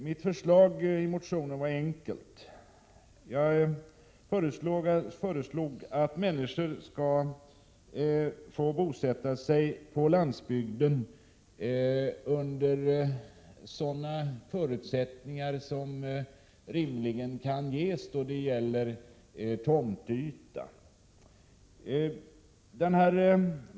Mitt förslag i motionen var enkelt: jag föreslog att människor skulle få bosätta sig på landsbygden under sådana förutsättningar som rimligen kan ges då det gäller tomtyta.